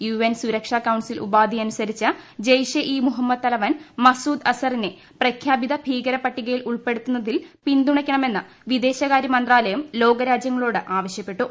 U N സുരക്ഷ council ഉപാധിയനുസരിച്ച് ജയ്ഷെ ഇ മുഹമ്മദ് തലവൻ മസൂദ് അസറിനെ പ്രഖ്യാപിത ഭീകര പട്ടികയിൽ ഉൾപ്പെടുത്തുന്നതിൽ പിന്തുണയ്ക്ക ണമെന്ന് വിദേശകാര്യ മന്ത്രാലയം ലോകരാജൃങ്ങളോട് ആവശൃപ്പെട്ടു